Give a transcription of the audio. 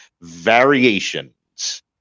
variations